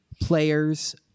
players